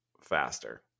faster